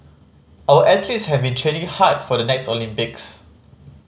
our athletes have been training hard for the next Olympics